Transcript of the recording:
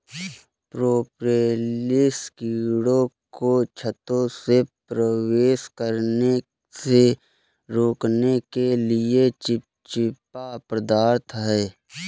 propolis कीड़ों को छत्ते में प्रवेश करने से रोकने के लिए चिपचिपा पदार्थ है